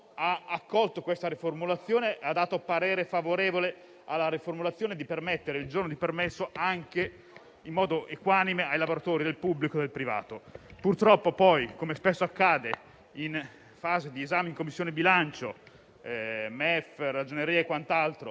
accolto la riformulazione e ha dato parere favorevole alla proposta di consentire il giorno di permesso in modo equanime ai lavoratori del settore pubblico e di quello privato. Purtroppo, poi, come spesso accade in fase di esame in Commissione bilancio, MEF, Ragioneria generale e quant'altro,